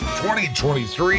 2023